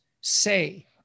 say